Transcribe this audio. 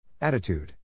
Attitude